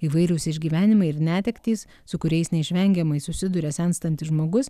įvairūs išgyvenimai ir netektys su kuriais neišvengiamai susiduria senstantis žmogus